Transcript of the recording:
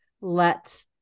let